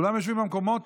כולם יושבים במקומות?